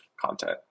content